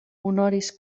honoris